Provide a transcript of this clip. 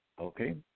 Okay